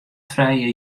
frije